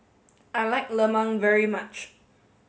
I like Lemang very much